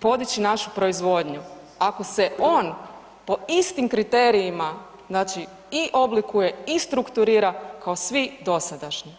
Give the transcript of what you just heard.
podići našu proizvodnju ako se on po istim kriterijima znači i oblikuje i strukturira kao svi dosadašnji.